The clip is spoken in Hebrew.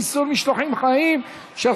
איסור משלוחים חיים לשחיטה),